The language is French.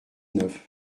neuf